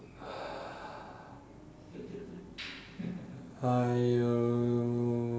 I will